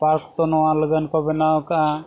park ᱛᱚ ᱱᱚᱣᱟ ᱞᱟᱹᱜᱤᱫ ᱠᱚ ᱵᱮᱱᱟᱣ ᱠᱟᱜᱼᱟ